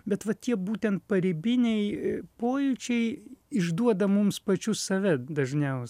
bet va tie būtent paribiniai pojūčiai išduoda mums pačius save dažniausia